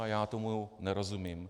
Já tomu nerozumím.